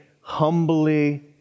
humbly